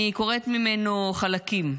אני קוראת ממנו חלקים,